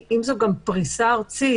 אם זו גם פריסה ארצית,